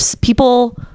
people